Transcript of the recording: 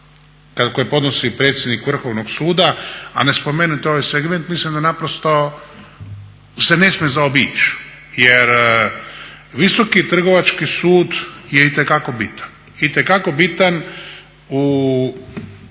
koje podnosi predsjednik Vrhovnog suda a ne spomenuti ovaj segment mislim da naprosto se ne smije zaobići. Jer Visoki trgovački sud je itekako bitan,